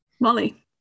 Molly